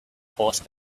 horse